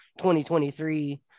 2023